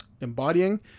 embodying